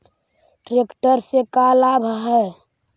Tractor से का लाभ है?